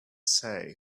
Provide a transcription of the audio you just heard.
say